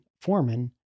foreman